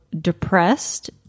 depressed